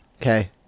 Okay